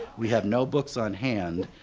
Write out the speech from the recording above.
we have no books on hand.